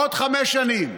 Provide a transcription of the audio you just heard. עוד חמש שנים,